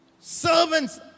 servants